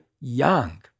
young